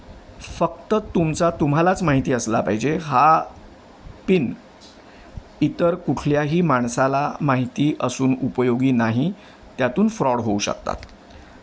फक्त तुमचा तुम्हालाच माहिती असला पाहिजे हा पिन इतर कुठल्याही माणसाला माहिती असून उपयोगी नाही त्यातून फ्रॉड होऊ शकतात